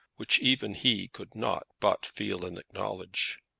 which even he could not but feel and acknowledge.